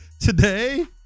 today